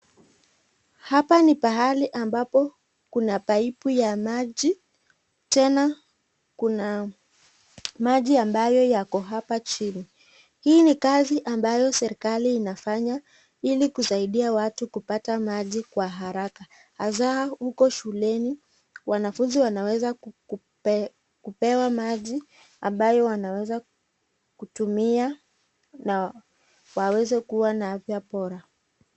Hapa ni pahali ambabo kuna paipu ya maji ena kuna maji ambayo yako hapa chini , hii ni kazi ambayo serekali inafanya hili kusaidia watu kupata maji kwa haraka hasa huko shuleni wanafunzi wanaweza kupewa maji ambayo wanaweza kutumia na waweze kuwa na afya bora.